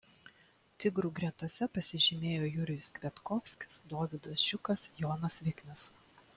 tigrų gretose pasižymėjo jurijus kviatkovskis dovydas žiukas jonas viknius